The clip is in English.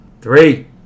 Three